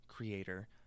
creator